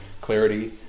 clarity